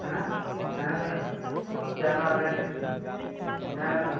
ᱦᱮᱸ ᱦᱮᱸᱛᱚ ᱡᱟᱱᱟᱣᱟᱵᱮᱱ ᱦᱩᱭᱩᱜᱼᱟ ᱦᱮᱸᱛᱚ